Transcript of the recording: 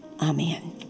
amen